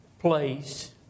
Place